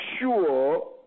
sure